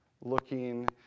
looking